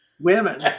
women